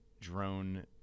drone